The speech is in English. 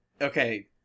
okay